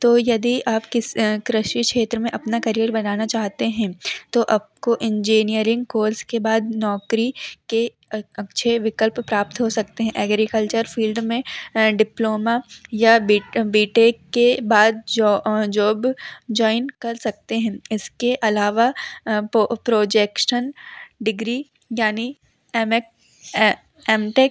तो यदि आप किस कृषि क्षेत्र में अपना कैरियर बनाना चाहते हैं तो अपको इंजीनियरिंग कोर्स के बाद नौकरी के अच्छे विकल्प प्राप्त हो सकते हैं एग्रीकल्चर फ़ील्ड में डिप्लोमा या बी टेक के बाद जॉब जॉइन कर सकते हैं इसके अलावा प्रोजेक्शन डिग्री यानी एमेक एम टेक